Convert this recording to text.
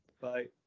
Bye